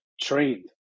trained